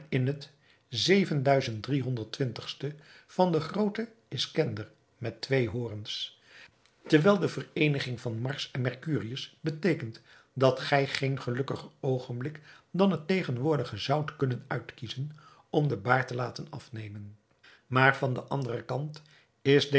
in het van den grooten iskender met twee horens terwijl de vereeniging van mars en mercurius beteekent dat gij geen gelukkiger oogenblik dan het tegenwoordige zoudt kunnen uitkiezen om den baard te laten afnemen maar van den anderen kant is